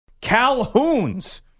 Calhoun's